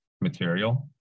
material